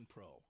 Pro